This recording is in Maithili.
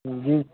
हँ हँ